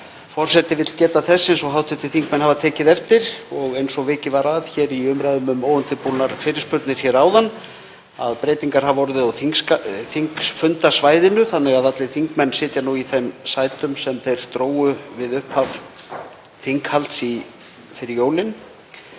Forseti vill geta þess, eins og þingmenn hafa tekið eftir og vikið var að í umræðum um óundirbúnar fyrirspurnir hér áðan, að breytingar hafa orðið á þingfundasvæðinu þannig að allir þingmenn sitja nú í þeim sætum sem þeir drógu við upphaf þinghalds fyrir jólin.